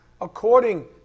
according